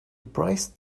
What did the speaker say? price